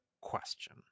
question